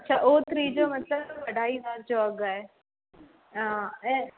अच्छा ओ थ्री जो मतिलब अढ़ाई सैं जो अघि आहे हा ऐं